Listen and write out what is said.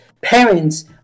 Parents